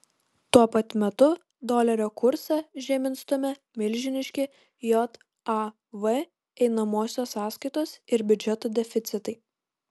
tuo pat metu dolerio kursą žemyn stumia milžiniški jav einamosios sąskaitos ir biudžeto deficitai